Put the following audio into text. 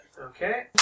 Okay